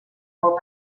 molt